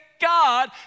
God